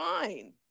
fine